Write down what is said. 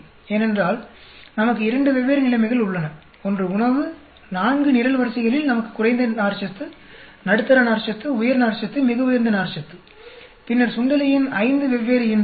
ஏனென்றால் நமக்கு இரண்டு வெவ்வேறு நிலைமைகள் உள்ளன ஒன்று உணவு நான்கு நிரல்வரிசைகளில் நமக்கு குறைந்த நார்ச்சத்து நடுத்தர நார்ச்சத்து உயர் நார்ச்சத்து மிக உயர்ந்த நார்ச்சத்து பின்னர் சுண்டெலியின் ஐந்து வெவ்வேறு ஈன்றெடுத்தல்